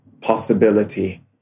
possibility